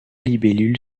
libellule